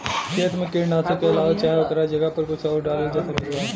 खेत मे कीटनाशक के अलावे चाहे ओकरा जगह पर कुछ आउर डालल जा सकत बा?